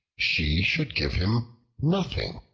she should give him nothing.